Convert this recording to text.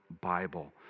Bible